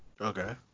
Okay